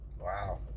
wow